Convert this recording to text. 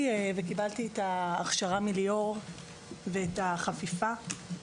קיבלתי את ההכשרה ואת החפיפה מליאור.